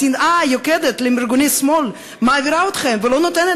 השנאה היוקדת לארגוני שמאל מעבירה אתכם ולא נותנת